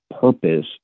purpose